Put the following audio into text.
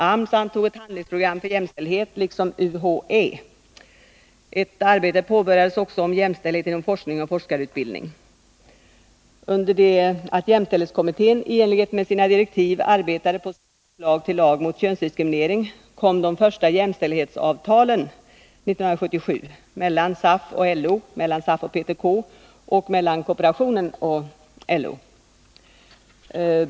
AMS antog ett handlingspro gram för jämställdhet, liksom UHÄ. Ett arbete påbörjades också om jämställdhet inom forskning och forskarutbildning. Under det att jämställdhetskommittén i enlighet med sina direktiv arbetade på sitt förslag till lag mot könsdiskriminering kom de första jämställdhetsavtalen 1977 — mellan SAF och LO, mellan SAF och PTK samt mellan kooperationen och LO.